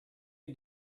you